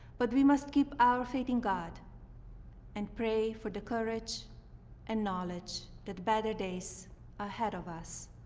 but we must keep our faith in god and pray for the courage and knowledge that better days ahead of us.